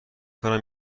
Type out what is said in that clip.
کنم